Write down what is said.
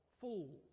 fools